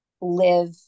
live